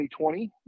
2020